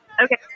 Okay